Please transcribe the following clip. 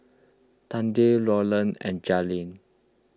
Tate Roland and Jailene